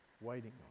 waiting